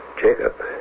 Jacob